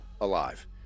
alive